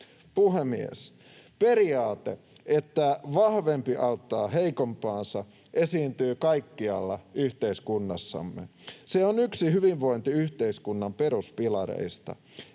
Puhemies! Periaate, että vahvempi auttaa heikompaansa, esiintyy kaikkialla yhteiskunnassamme. Se on yksi hyvinvointiyhteiskunnan peruspilareista.